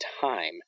time